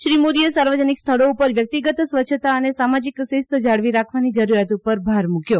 શ્રી મોદીએ સાર્વજનિક સ્થળો પર વ્યક્તિગત સ્વચ્છતા અને સામાજીક શિસ્ત જાળવી રાખવાની જરૂરિયાત ઉપર ભાર મૂક્યો